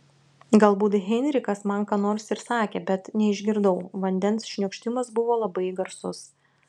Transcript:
galbūt heinrichas man ką nors ir sakė bet neišgirdau vandens šniokštimas buvo labai garsus